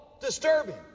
disturbing